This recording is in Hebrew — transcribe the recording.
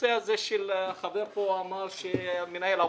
הנושא הזה שהחבר פה אמר על מנהל העבודה.